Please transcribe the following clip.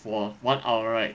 for one hour right